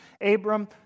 Abram